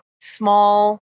small